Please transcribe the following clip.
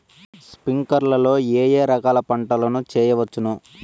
స్ప్రింక్లర్లు లో ఏ ఏ రకాల పంటల ను చేయవచ్చును?